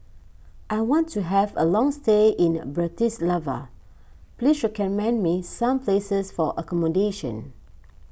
I want to have a long stay in the Bratislava please recommend me some places for accommodation